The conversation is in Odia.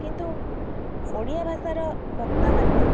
କିନ୍ତୁ ଓଡ଼ିଆ ଭାଷାର ବକ୍ତାମାନେ